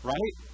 Right